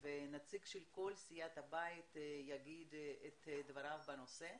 ונציג מכל סיעות הבית יאמר את דבריו בנושא.